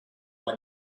when